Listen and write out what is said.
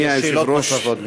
ושאלות נוספות.